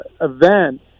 event